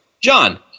John